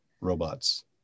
robots